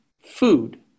food